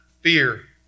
Fear